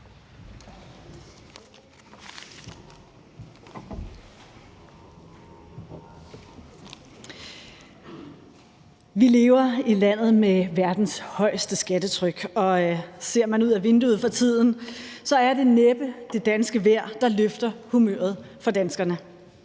Vi lever i landet med verdens højeste skattetryk, og ser man ud af vinduet for tiden, så er det næppe det danske vejr, der løfter humøret for danskerne.